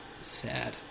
sad